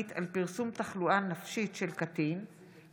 הרחבת תקופת הצינון במעבר לשדלנות בכנסת),